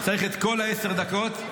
צריך את כל עשר הדקות,